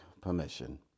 permission